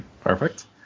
Perfect